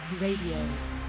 Radio